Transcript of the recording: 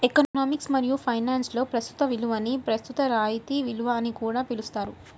economics మరియు ఫైనాన్స్లో ప్రస్తుత విలువని ప్రస్తుత రాయితీ విలువ అని కూడా పిలుస్తారు